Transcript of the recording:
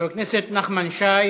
חבר הכנסת נחמן שי.